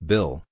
Bill